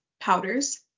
powders